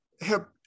help